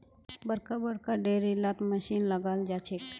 बड़का बड़का डेयरी लात मशीन लगाल जाछेक